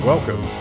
Welcome